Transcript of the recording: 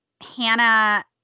Hannah